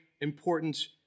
important